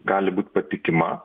gali būt patikima